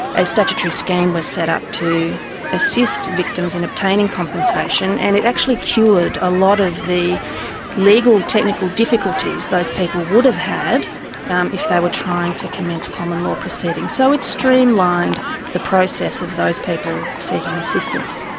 a statutory scheme was set up to assist victims in obtaining compensation, and it actually cured a lot of the legal technical difficulties those people would've had um if they were trying to commence common law proceedings. so it streamlined the process of those people seeking assistance.